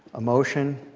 emotion,